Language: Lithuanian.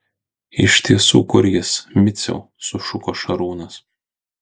iš tiesų kur jis miciau sušuko šarūnas